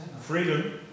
Freedom